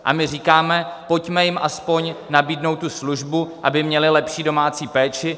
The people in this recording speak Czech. A my říkáme, pojďme jim aspoň nabídnout tu službu, aby měly lepší domácí péči.